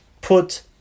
put